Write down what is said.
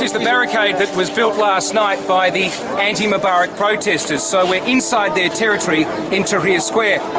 is the barricade that was built last night by the anti-mubarak protesters, so we're inside their territory in tahrir square.